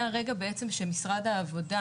מהרגע שמשרד העבודה